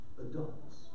adults